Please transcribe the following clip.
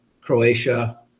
Croatia